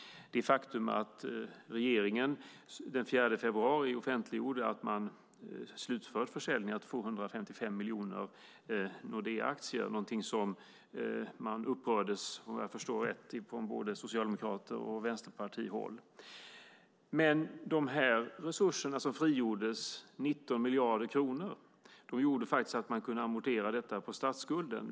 Det faktum att regeringen den 4 februari offentliggjorde att man slutfört försäljningen av 255 miljoner Nordeaaktier var någonting som man upprördes av, om jag förstår det rätt, från både socialdemokrater och vänsterpartihåll. Men de resurser som frigjordes, 19 miljarder kronor, gjorde att man kunde amortera på statsskulden.